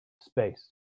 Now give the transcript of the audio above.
space